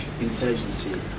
insurgency